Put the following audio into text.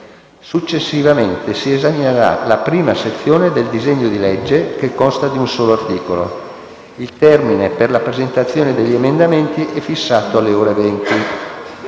Successivamente, si esaminerà la prima sezione del disegno di legge, che consta di un solo articolo. Il termine per la presentazione degli emendamenti è fissato alle ore 20.